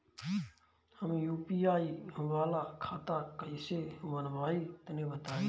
हम यू.पी.आई वाला खाता कइसे बनवाई तनि बताई?